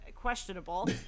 questionable